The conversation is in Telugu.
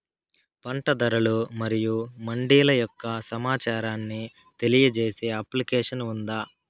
పంట ధరలు మరియు మండీల యొక్క సమాచారాన్ని తెలియజేసే అప్లికేషన్ ఉందా?